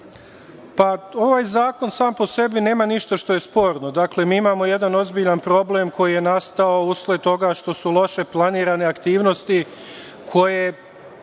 ovaj zakon sam po sebi nema ništa što je sporno. Dakle, mi imamo jedan ozbiljan problem koji je nastao usled toga što su loše planirane aktivnosti koje